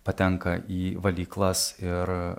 patenka į valyklas ir